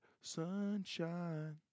Sunshine